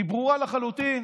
היא ברורה לחלוטין.